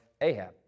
Ahab